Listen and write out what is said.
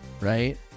right